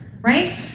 Right